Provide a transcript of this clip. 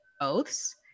oaths